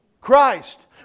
Christ